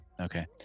okay